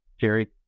Jerry